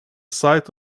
site